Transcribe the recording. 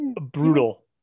brutal